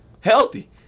Healthy